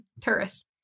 tourist